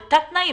בתת-תנאים.